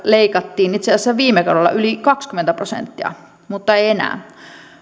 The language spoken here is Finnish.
leikattiin itse asiassa viime kaudella yli kaksikymmentä prosenttia mutta ei enää